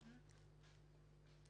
(קנס מינהלי - תכנון משק החלב בישראל)